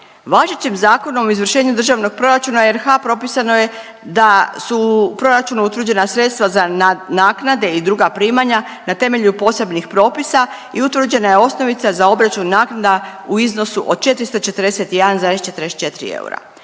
Važećim Zakonom o izvršenju državnog proračuna RH propisano je da su u proračunu utvrđena sredstva za naknade i druga primanja na temelju posebnih propisa i utvrđena je osnovica za obračun naknada u iznosu od 441,44 eura.